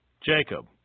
Jacob